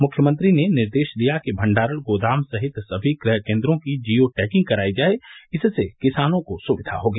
मुख्यमंत्री ने निर्देश दिया कि भण्डारण गोदाम सहित सभी क्रय केन्द्रों की जियो टैगिंग करायी जाय इससे किसानों को सुक्विा होगी